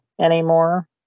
anymore